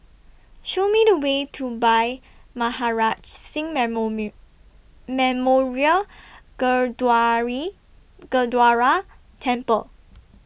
Show Me The Way to Bhai Maharaj Singh Memory Memorial Gurdwara Temple